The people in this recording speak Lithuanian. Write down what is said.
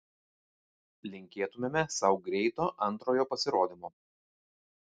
linkėtumėme sau greito antrojo pasirodymo